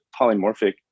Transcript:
polymorphic